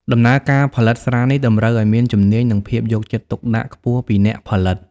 ដំណើរការផលិតស្រានេះតម្រូវឱ្យមានជំនាញ និងភាពយកចិត្តទុកដាក់ខ្ពស់ពីអ្នកផលិត។